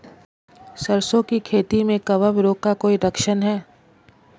सरसों की खेती में कवक रोग का कोई लक्षण है?